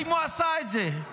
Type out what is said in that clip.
האם הוא עשה את זה?